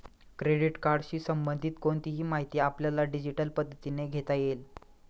credit कार्डशी संबंधित कोणतीही माहिती आपल्याला डिजिटल पद्धतीने घेता येईल